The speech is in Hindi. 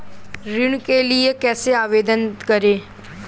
ऋण के लिए कैसे आवेदन करें?